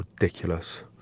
ridiculous